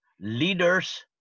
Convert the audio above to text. leaders